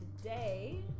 Today